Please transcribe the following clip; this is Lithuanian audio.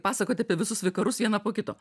pasakoti apie visus vikarus vieną po kito